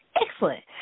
Excellent